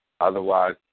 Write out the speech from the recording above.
Otherwise